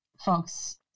Folks